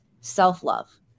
self-love